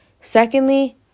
Secondly